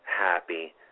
happy